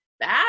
bad